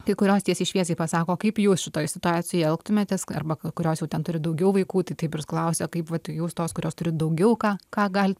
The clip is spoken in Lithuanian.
kai kurios tiesiai šviesiai pasako o kaip jūs šitoj situacijoj elgtumėtės arba kai kurios jau ten turi daugiau vaikų tai taip irs klausia kaip vat jūs tos kurios turit daugiau ką ką galit